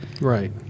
right